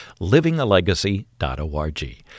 livingalegacy.org